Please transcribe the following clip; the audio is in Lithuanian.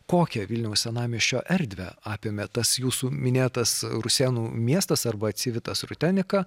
kokią vilniaus senamiesčio erdvę apėmė tas jūsų minėtas rusėnų miestas arba civitas rutenika